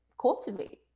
cultivate